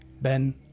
Ben